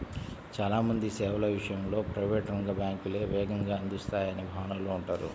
చాలా మంది సేవల విషయంలో ప్రైవేట్ రంగ బ్యాంకులే వేగంగా అందిస్తాయనే భావనలో ఉంటారు